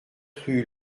rue